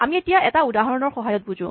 আমি এটা উদাহৰণৰ সহায়ত বুজো